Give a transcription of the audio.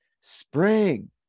spring